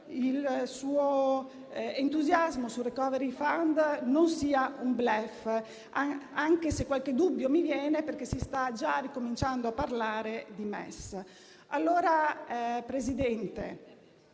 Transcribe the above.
il suo entusiasmo sul *recovery* *fund* non sia un *bluff,* anche se qualche dubbio mi viene perché si sta già ricominciando a parlare di MES. Presidente